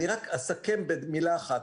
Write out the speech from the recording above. אסכם במלה אחת.